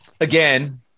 again